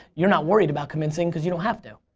you're not worried about convincing cause you don't have to.